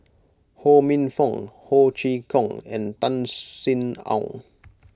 Ho Minfong Ho Chee Kong and Tan Sin Aun